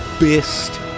best